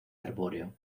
arbóreo